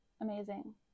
amazing